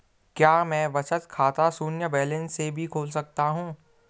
क्या मैं बचत खाता शून्य बैलेंस से भी खोल सकता हूँ?